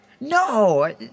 No